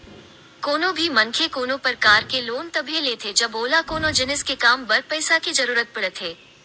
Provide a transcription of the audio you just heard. कोनो भी मनखे कोनो परकार के लोन तभे लेथे जब ओला कोनो जिनिस के काम बर पइसा के जरुरत पड़थे